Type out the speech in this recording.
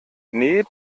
nee